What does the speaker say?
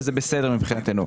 וזה בסדר מבחינתנו,